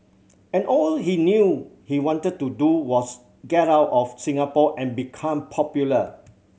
and all he knew he wanted to do was get out of Singapore and become popular